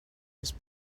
his